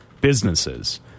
businesses